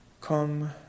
Come